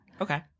Okay